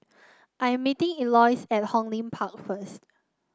I'm meeting Elois at Hong Lim Park first